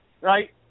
right